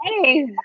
hey